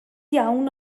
iawn